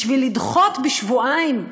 בשביל לדחות בשבועיים,